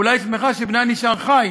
אולי היא שמחה שבנה נשאר חי,